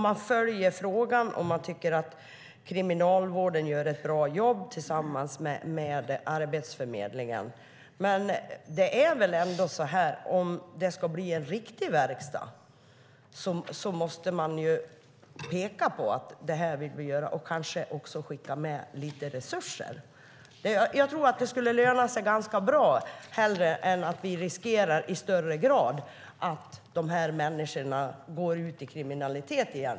Man följer frågan, och man tycker att Kriminalvården gör ett bra jobb tillsammans med Arbetsförmedlingen. Men om det ska bli en riktig verkstad är det väl ändå så att man måste peka på vad man vill göra - och kanske också skicka med lite resurser. Jag tror att det skulle löna sig ganska bra, hellre än att vi i högre grad riskerar att dessa människor går ut i kriminalitet igen.